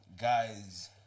guys